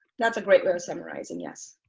that's a great way of summarizing, yes.